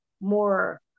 more